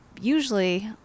usually